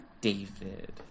david